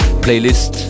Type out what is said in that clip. Playlist